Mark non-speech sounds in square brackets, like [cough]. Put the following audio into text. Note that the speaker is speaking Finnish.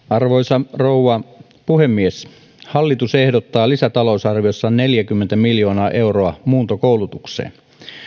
[unintelligible] arvoisa rouva puhemies hallitus ehdottaa lisätalousarviossaan neljääkymmentä miljoonaa euroa muuntokoulutukseen